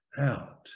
out